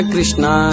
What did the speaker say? Krishna